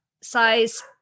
size